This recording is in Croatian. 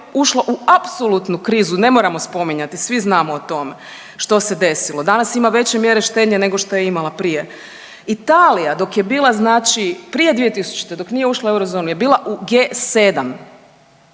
ušla u apsolutnu krizu, ne moramo spominjati svi znamo o tome što se desilo. Danas ima veće mjere štednje nego što je imala prije. Italija dok je bila znači prije 2000. dok nije ušla u eurozonu je bila u G7,